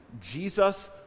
Jesus